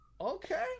Okay